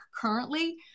currently